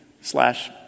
slash